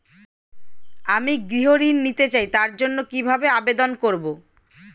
আমি গৃহ ঋণ নিতে চাই তার জন্য কিভাবে আবেদন করব?